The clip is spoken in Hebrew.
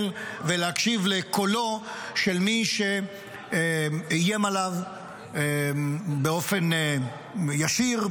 ולהקשיב לקולו של מי שאיים עליו באופן ישיר,